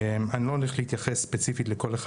אני לא הולך להתייחס ספציפית לכל אחד